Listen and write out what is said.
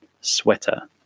sweater